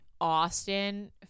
Austin